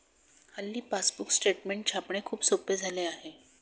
हल्ली passbook statement छापणे खूप सोपे झाले आहे